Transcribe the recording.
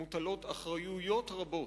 מוטלות אחריויות רבות.